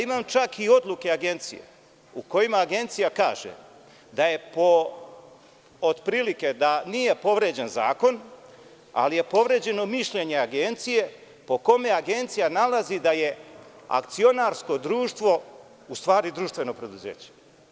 Imam čak i odluke Agencije u kojima Agencija kaže, otprilike, da nije povređen zakon, ali je povređeno mišljenje Agencije, po kome Agencija nalazi da je akcionarsko društvo, u stvari, društveno preduzeće.